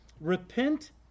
Repent